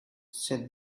said